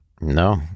No